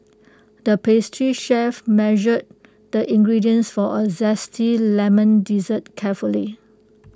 the pastry chef measured the ingredients for A Zesty Lemon Dessert carefully